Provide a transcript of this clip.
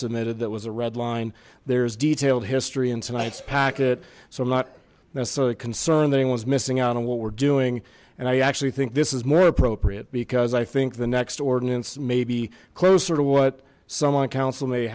submitted that was a red line there's detailed history and tonight's packet so i'm not necessarily concerned anyone's missing out on what we're doing and i actually think this is more appropriate because i think the next ordinance may be closer to what someone counsel may